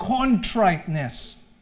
contriteness